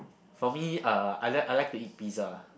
for me uh I like I like to eat pizza